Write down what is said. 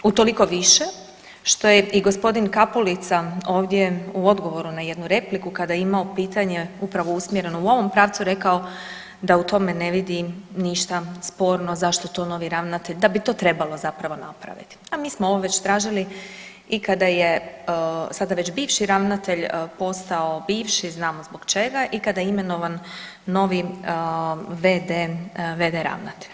Utoliko više što je i gospodin Kapulica ovdje u odgovoru na jednu repliku, kada je imao pitanje usmjereno upravo u ovom pravcu da u tome ne vidi ništa sporno zašto to novi ravnatelj, da bi to trebalo zapravo napraviti, a mi smo ovo već tražili i kada je, sada već bivši ravnatelj postao bivši, znamo zbog čega i kada je imenovan novi v.d. ravnatelj.